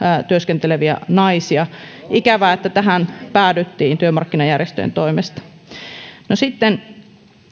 työskenteleviä naisia ikävää että tähän päädyttiin työmarkkinajärjestöjen toimesta sitten